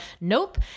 nope